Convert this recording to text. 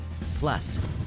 Plus